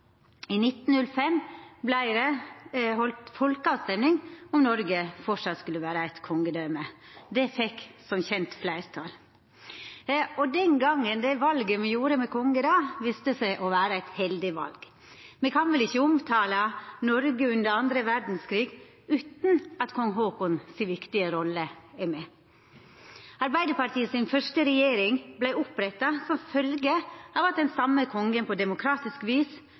I 1905 vart det halde folkerøysting om Noreg framleis skulle vera eit kongedøme. Det vart som kjent fleirtal for det. Det valet me gjorde då, ved å velja å ha konge, viste seg å vera eit heldig val. Me kan vel ikkje omtala Noreg under den andre verdskrigen utan at kong Haakon VII si viktige rolle er med. Arbeidarpartiets første regjering vart oppretta som følgje av at den same kongen på demokratisk vis